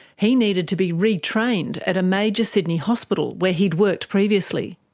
he needed to be retrained at a major sydney hospital where he'd worked previously.